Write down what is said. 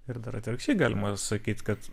ir dar atvirkščiai galima sakyt kad